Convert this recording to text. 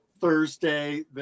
Thursday